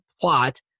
plot